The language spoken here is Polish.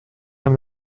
nam